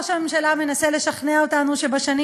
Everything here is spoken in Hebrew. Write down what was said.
ראש הממשלה מנסה לשכנע אותנו שבשנים